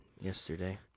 yesterday